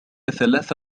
ثلاث